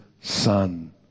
son